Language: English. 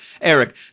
Eric